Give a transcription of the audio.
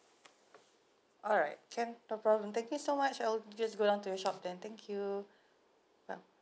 alright can no problem thank you so much I will just go down to the shop then thank you well